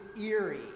eerie